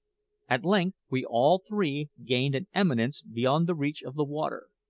at length we all three gained an eminence beyond the reach of the water.